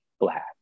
Black